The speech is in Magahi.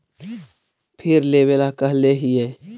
फिर लेवेला कहले हियै?